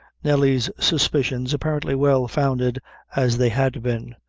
nelly's suspicions, apparently well founded as they had been,